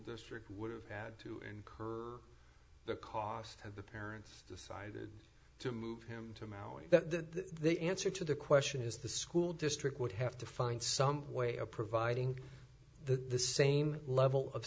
district would have had to incur the cost of the parents decided to move him to maui that the answer to the question is the school district would have to find some way of providing the same level of